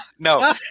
No